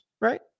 Right